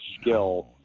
skill